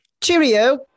cheerio